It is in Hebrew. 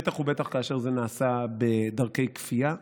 בטח ובטח כאשר זה נעשה בדרכי כפייה,